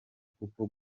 kuko